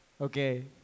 okay